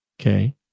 Okay